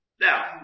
Now